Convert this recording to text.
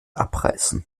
abreißen